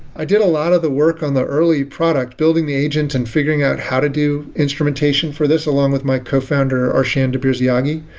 i did a lot of the work on the early product building the agent and figuring out how to do instrumentation for this along with my cofounder, arshan and dabirsiaghi,